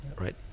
right